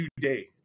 today